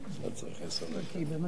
הנושא הזה הוא